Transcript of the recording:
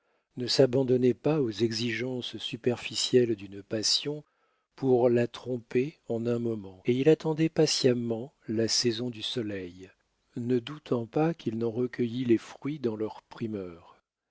ne s'abandonnait pas aux exigences superficielles d'une passion pour la tromper en un moment et il attendait patiemment la saison du soleil ne doutant pas qu'il n'en recueillît les fruits dans leur primeur